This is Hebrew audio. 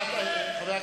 לי לשתוק.